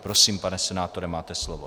Prosím, pane senátore, máte slovo.